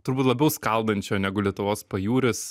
turbūt labiau skaldančio negu lietuvos pajūris